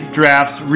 drafts